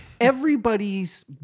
everybody's